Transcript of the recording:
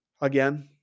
Again